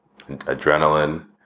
adrenaline